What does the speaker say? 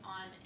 on